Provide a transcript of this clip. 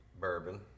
bourbon